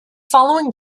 following